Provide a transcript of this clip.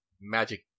magic